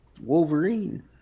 Wolverine